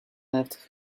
left